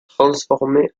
transformer